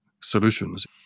solutions